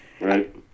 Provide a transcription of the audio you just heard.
Right